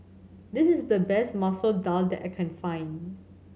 this is the best Masoor Dal that I can find